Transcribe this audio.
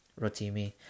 Rotimi